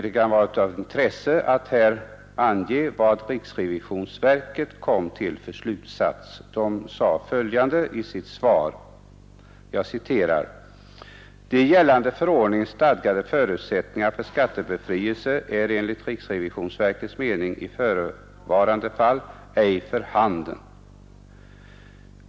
Det kan vara av intresse att här ange vilken slutsats riksrevisionsverket kom fram till. Riksrevisionsverket anförde i sitt yttrande bl.a. följande: ”De i gällande förordning stadgade förutsättningarna för skattebefrielse är enligt riksrevisionsverkets mening i förevarande fall ej för handen.